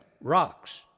rocks